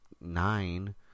nine